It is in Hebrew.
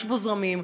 יש בו זרמים,